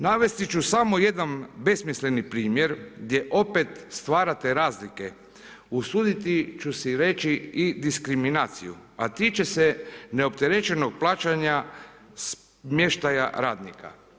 Navesti ću samo jedan besmisleni primjer gdje opet stvarate razlike, usuditi ću si reći i diskriminaciju, a tiče se neopterećenog plaćanja smještaja radnika.